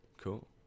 Cool